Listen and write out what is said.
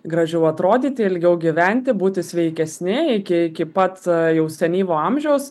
gražiau atrodyti ilgiau gyventi būti sveikesni iki iki pat jau senyvo amžiaus